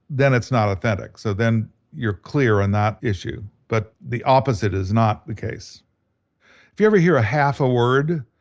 then it's not authentic. so then you're clear on that issue. but the opposite is not the case if you ever hear a half of word,